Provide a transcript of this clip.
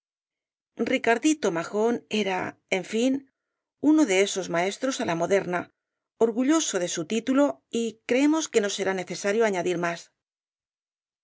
ricardito majón era en fin uno de esos maestros á la moderna orgulloso de su título y creemos que no será necesario añadir más